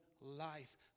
Life